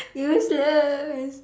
useless